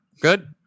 good